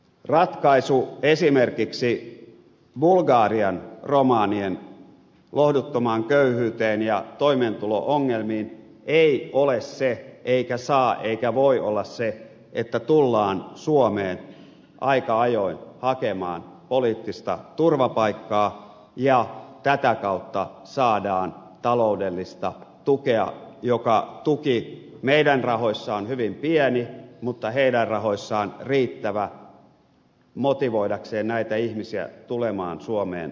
ratkaisu esimerkiksi bulgarian romanien lohduttomaan köyhyyteen ja toimeentulo ongelmiin ei ole se eikä saa eikä voi olla se että tullaan suomeen aika ajoin hakemaan poliittista turvapaikkaa ja tätä kautta saadaan taloudellista tukea joka tuki meidän rahoissamme on hyvin pieni mutta heidän rahoissaan riittävä motivoidakseen näitä ihmisiä tulemaan suomeen turvapaikanhakijoiksi